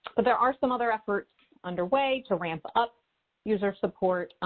but there are some other efforts underway to ramp up user support,